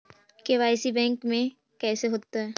KYC bank में कैसे होतै?